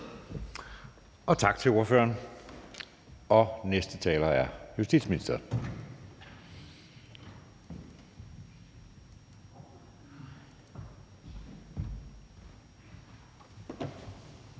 Tak til ordføreren. Næste taler er justitsministeren.